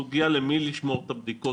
הסוגיה למי לשמור את הבדיקות,